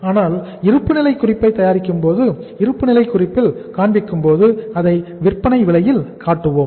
ஆனால் இருப்புநிலை குறிப்பை தயாரிக்கும்போது இருப்புநிலை குறிப்பில் காண்பிக்கும்போது அதை விற்பனை விலையில் காட்டுவோம்